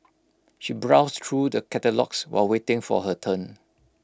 she browsed through the catalogues while waiting for her turn